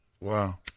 Wow